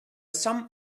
some